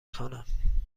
خوانم